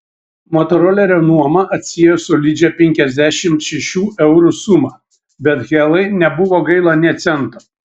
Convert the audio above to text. motorolerio nuoma atsiėjo solidžią penkiasdešimt šešių eurų sumą bet helai nebuvo gaila nė cento